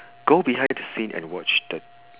go behind the scene and watch the